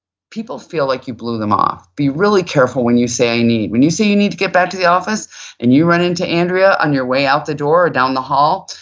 people feel like you blew them off. be really careful when you say i need. when you say you need to get back to the office and you run into andrea on your way out the door or down the hall,